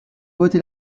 voté